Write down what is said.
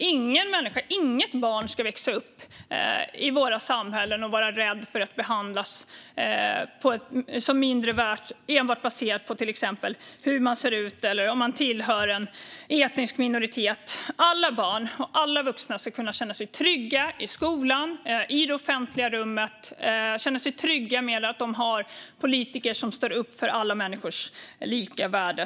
Inget barn i något samhälle ska växa upp och vara rädd för att behandlas som mindre värt enbart baserat på till exempel utseende eller att man tillhör en etnisk minoritet. Alla barn och vuxna ska känna sig trygga i skolan och i det offentliga rummet, och de ska känna sig trygga med att de har politiker som står upp för alla människors lika värde.